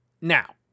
now